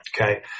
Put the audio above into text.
okay